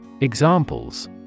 Examples